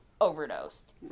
overdosed